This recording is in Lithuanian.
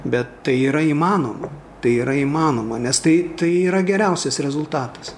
bet tai yra įmanoma tai yra įmanoma nes tai tai yra geriausias rezultatas